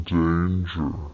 danger